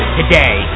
today